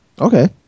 Okay